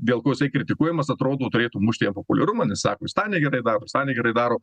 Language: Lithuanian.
dėl ko jisai kritikuojamas atrodo turėtų mušti jo populiarumą nes sako jis tą negerai daro jis tą negerai daro